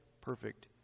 perfect